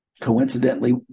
coincidentally